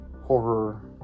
horror